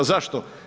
Zašto?